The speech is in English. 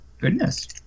Goodness